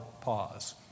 pause